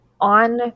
on